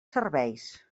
serveis